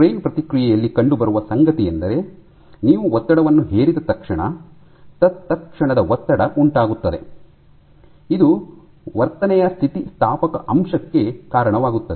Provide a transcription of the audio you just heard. strain ಪ್ರತಿಕ್ರಿಯೆಯಲ್ಲಿ ಕಂಡುಬರುವ ಸಂಗತಿಯೆಂದರೆ ನೀವು ಒತ್ತಡವನ್ನು ಹೇರಿದ ತಕ್ಷಣ ತತ್ಕ್ಷಣದ ಒತ್ತಡ ಉಂಟಾಗುತ್ತದೆ ಮತ್ತು ಇದು ವರ್ತನೆಯ ಸ್ಥಿತಿಸ್ಥಾಪಕ ಅಂಶಕ್ಕೆ ಕಾರಣವಾಗುತ್ತದೆ